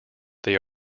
they